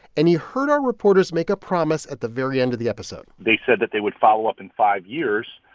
and he heard our reporters make a promise at the very end of the episode they said that they would follow up in five years,